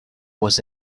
was